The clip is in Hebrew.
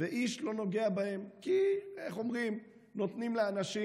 ואיש לא נוגע בהם כי, איך אומרים, נותנים לאנשים.